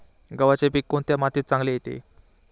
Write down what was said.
गव्हाचे पीक कोणत्या मातीत चांगले येते?